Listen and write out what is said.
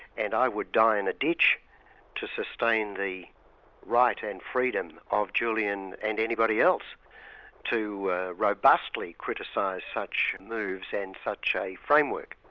and i would die in a ditch to sustain the right and freedom of julian and anybody else to robustly criticise such moves and such a framework.